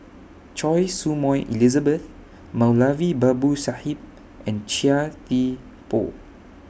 Choy Su Moi Elizabeth Moulavi Babu Sahib and Chia Thye Poh